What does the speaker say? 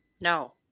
No